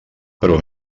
però